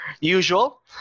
usual